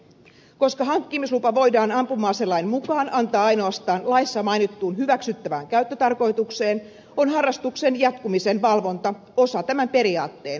koska hankkimislupa voidaan ampuma aselain mukaan antaa ainoastaan laissa mainittuun hyväksyttävään käyttötarkoitukseen on harrastuksen jatkumisen valvonta osa tämän periaatteen toteutumista